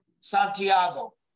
Santiago